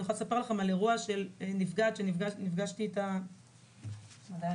אני יכולה לספר לכם על אירוע של נפגעת שנפגשתי איתה לפני